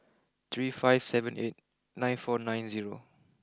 three five seven eight nine four nine zero